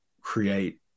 create